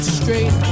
straight